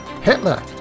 Hitler